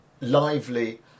Lively